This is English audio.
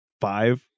five